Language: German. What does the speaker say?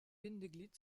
bindeglied